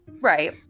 Right